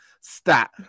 stat